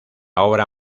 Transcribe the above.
obra